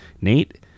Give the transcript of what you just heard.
Nate